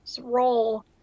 role